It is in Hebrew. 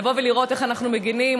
לבוא ולראות איך אנחנו מגינים,